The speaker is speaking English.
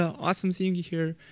awesome seeing you here.